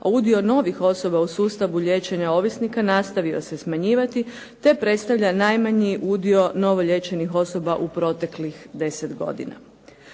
a udio novih osoba u sustavu liječenja ovisnika nastavio se smanjivati te predstavlja najmanji udio novo liječenih osoba u proteklih deset godina.